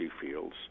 fields